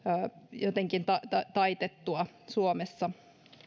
jotenkin taitettua suomessa